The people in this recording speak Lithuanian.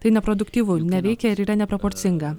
tai neproduktyvu neveikia ir yra neproporcinga